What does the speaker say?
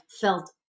felt